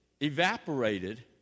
evaporated